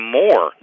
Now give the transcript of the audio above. more